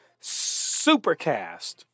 Supercast